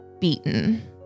beaten